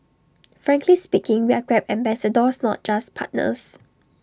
frankly speaking we are grab ambassadors not just partners